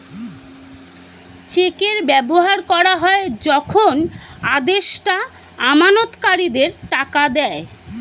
চেকের ব্যবহার করা হয় যখন আদেষ্টা আমানতকারীদের টাকা দেয়